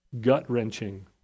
gut-wrenching